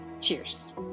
Cheers